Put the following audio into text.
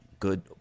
Good